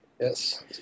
Yes